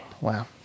Wow